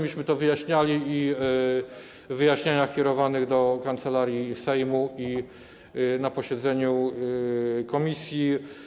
Myśmy to wyjaśniali i w wyjaśnieniach kierowanych do Kancelarii Sejmu, i na posiedzeniu komisji.